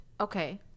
Okay